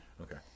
Okay